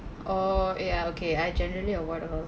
oh ya okay I generally avoid